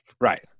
Right